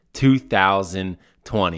2020